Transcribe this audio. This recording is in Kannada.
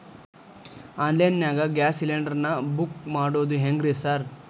ಆನ್ಲೈನ್ ನಾಗ ಗ್ಯಾಸ್ ಸಿಲಿಂಡರ್ ನಾ ಬುಕ್ ಮಾಡೋದ್ ಹೆಂಗ್ರಿ ಸಾರ್?